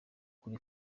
kuri